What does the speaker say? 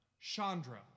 Chandra